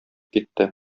китте